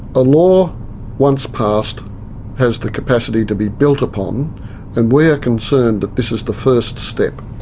a law once passed has the capacity to be built upon and we are concerned that this is the first step.